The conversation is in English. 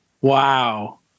Wow